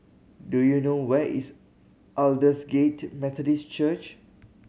do you know where is Aldersgate Methodist Church